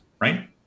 right